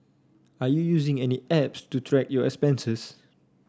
are you using any apps to track your expenses